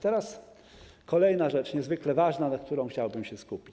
Teraz kolejna rzecz, niezwykle ważna, na której chciałbym się skupić.